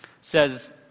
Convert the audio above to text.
says